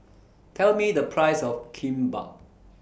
Tell Me The Price of Kimbap